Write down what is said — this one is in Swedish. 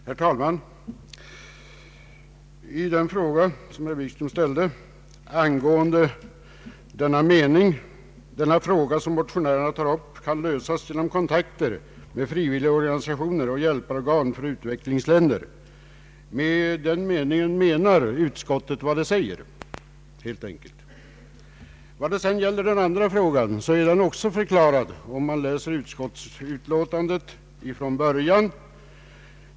Herr talman! Herr Wikström ställde en fråga beträffande utskottets yttrande: ”Den fråga som motionärerna tar upp kan lösas genom kontakter med frivilligorganisationer och hjälporgan för utvecklingsländer.” Med detta uttalande menar utskottet vad det säger, helt enkelt. Den andra frågan är också besvarad om man läser utskottsutlåtandet från början.